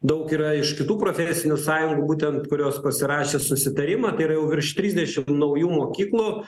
daug yra iš kitų profesinių sąjungų būtent kurios pasirašė susitarimą tai yra jau virš trisdešimt naujų mokyklų